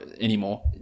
anymore